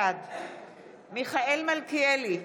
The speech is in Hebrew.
בעד מיכאל מלכיאלי,